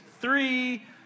three